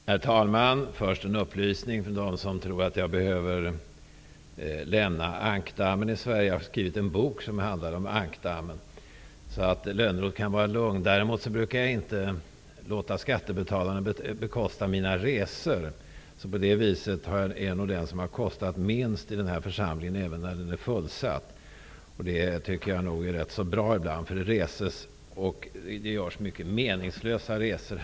Herr talman! Jag vill först upplysa dem som tror att jag behöver lämna ankdammen i Sverige om att jag har skrivit en bok om just ankdammen. Lönnroth kan vara lugn. Däremot brukar jag inte låta skattebetalarna bekosta mina resor. På det viset är jag nog den som har kostat minst i den här församlingen, även en fullsatt sådan. Det tycker jag är rätt bra. Det görs många meningslösa resor.